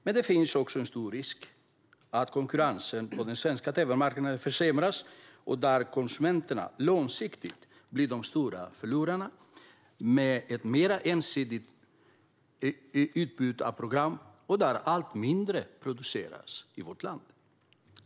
Men det finns också en stor risk att konkurrensen på den svenska tv-marknaden försämras och att konsumenterna långsiktigt blir de stora förlorarna med ett mer ensidigt utbud av program och där allt mindre produceras i vårt land.